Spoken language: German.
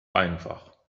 einfach